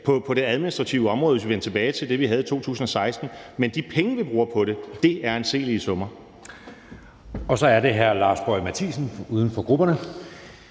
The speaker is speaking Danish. på det administrative område, hvis vi vendte tilbage til det, vi havde i 2016. Men de penge, vi bruger på det, er anselige summer. Kl. 16:02 Anden næstformand (Jeppe Søe): Så er det hr. Lars Boje Mathiesen, uden for grupperne.